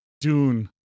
Dune